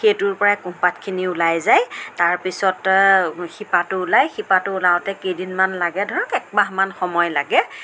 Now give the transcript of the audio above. সেইটোৰ পৰাই কুঁহপাতখিনি ওলাই যায় তাৰপিছতে শিপাটো ওলায় শিপাটো ওলাওতে কেইদিনমান লাগে ধৰক একমাহমান সময় লাগে